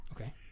Okay